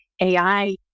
AI